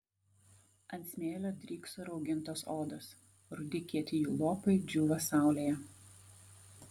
ant smėlio drykso raugintos odos rudi kieti jų lopai džiūva saulėje